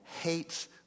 hates